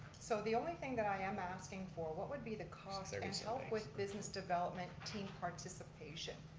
so the only thing that i am asking for, what would be the cost and help with business development team participation.